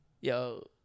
yo